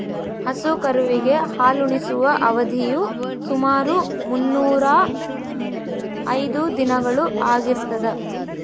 ಹಸು ಕರುವಿಗೆ ಹಾಲುಣಿಸುವ ಅವಧಿಯು ಸುಮಾರು ಮುನ್ನೂರಾ ಐದು ದಿನಗಳು ಆಗಿರ್ತದ